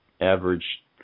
average